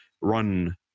run